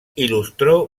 ilustró